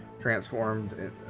transformed